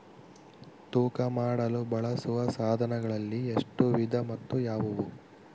ತೂಕ ಮಾಡಲು ಬಳಸುವ ಸಾಧನಗಳಲ್ಲಿ ಎಷ್ಟು ವಿಧ ಮತ್ತು ಯಾವುವು?